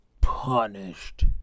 punished